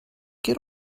get